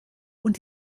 und